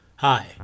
Hi